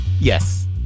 Yes